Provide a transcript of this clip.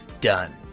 Done